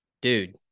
dude